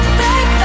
back